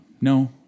no